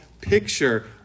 picture